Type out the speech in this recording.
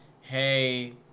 hey